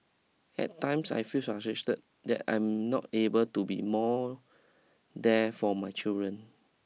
at times I feel frustrated that I am not able to be more there for my children